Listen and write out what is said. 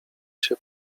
się